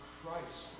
Christ